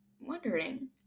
wondering